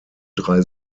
drei